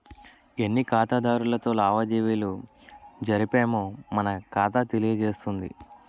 ఎన్ని ఖాతాదారులతో లావాదేవీలు జరిపామో మన ఖాతా తెలియజేస్తుంది